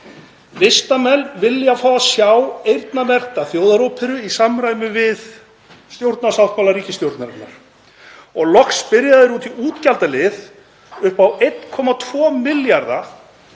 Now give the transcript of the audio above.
Listamenn vilja fá að sjá eyrnamerkta þjóðaróperu í samræmi við stjórnarsáttmála ríkisstjórnarinnar og loks spyrja þeir út í útgjaldalið upp á 1,2 milljarða